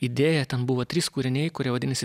idėja ten buvo trys kūriniai kurie vadinasi